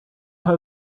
her